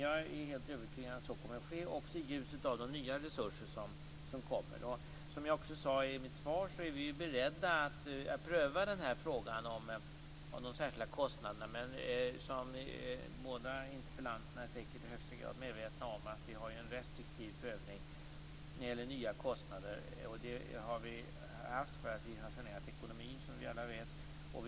Jag är helt övertygad att så kommer att ske - även i ljuset av nya resurser. Vi är beredda att pröva frågan om de särskilda kostnaderna. Båda interpellanterna är säkert medvetna om att det sker en restriktiv prövning när det gäller nya kostnader. Det beror på saneringen av ekonomin.